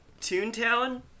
Toontown